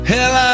Hell